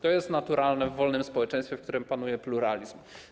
To jest naturalne w wolnym społeczeństwie, w którym panuje pluralizm.